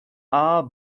are